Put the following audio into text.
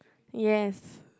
yes